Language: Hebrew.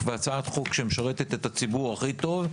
והצעת חוק שמשרתת את הציבור הכי טוב.